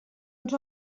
ens